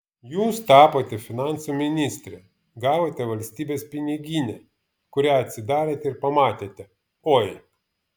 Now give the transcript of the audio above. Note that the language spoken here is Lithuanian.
jūs tapote finansų ministre gavote valstybės piniginę kurią atsidarėte ir pamatėte oi